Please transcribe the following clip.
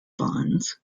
bonds